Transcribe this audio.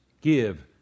give